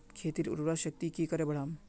खेतीर उर्वरा शक्ति की करे बढ़ाम?